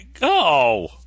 Go